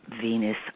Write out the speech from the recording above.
Venus